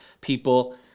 people